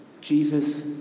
Jesus